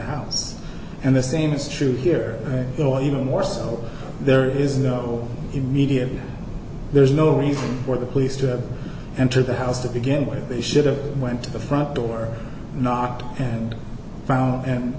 house and the same is true here though even more so there is no immediate there's no reason for the police to enter the house to begin where they should've went to the front door knocked and found and